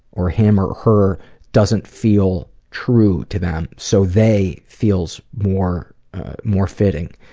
or him or her doesn't feel true to them so they feels more more fitting.